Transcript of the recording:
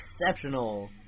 exceptional